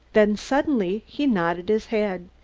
then suddenly he nodded his head.